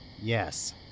Yes